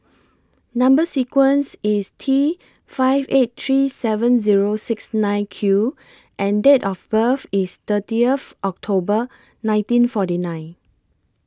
Number sequence IS T five eight three seven Zero six nine Q and Date of birth IS thirtieth October nineteen forty nine